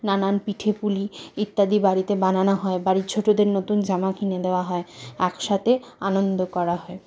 নানান পিঠে পুলি ইত্যাদি বাড়িতে বানানো হয় বাড়ির ছোটোদের নতুন জামা কিনে দেওয়া হয় একসাথে আনন্দ করা হয়